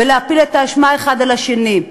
ולהפיל את האשמה אחד על השני.